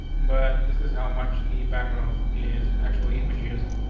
but this is how much the background is actually image using.